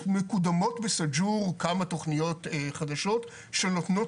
מקודמות בסאג'ור כמה תוכניות חדשות שנותנות